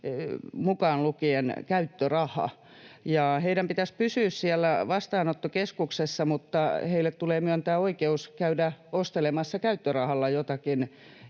mukaan lukien käyttöraha, ja heidän pitäisi pysyä siellä vastaanottokeskuksessa, mutta heille tulee myöntää oikeus käydä ostelemassa käyttörahalla joitakin